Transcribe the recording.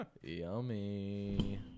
Yummy